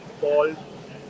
called